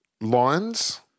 lines